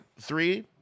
Three